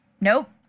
Nope